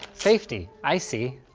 safety, i see.